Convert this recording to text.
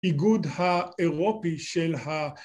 ‫איגוד האירופי של ה...